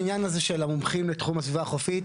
העניין הזה של המומחים לתחום הסביבה החופית,